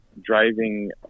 driving